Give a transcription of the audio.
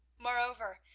moreover,